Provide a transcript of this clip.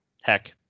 heck